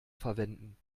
verwenden